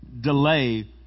Delay